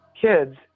kids